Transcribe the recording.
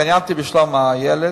התעניינתי בשלום הילד,